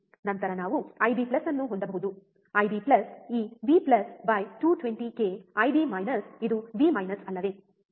ನಂತರ ನಾವು IB IB ಅನ್ನು ಹೊಂದಬಹುದು ಐಬಿ IB ಈ V V 220 K IB IB ಇದು V ಅಲ್ಲವೇ